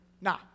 nah